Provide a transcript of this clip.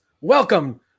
Welcome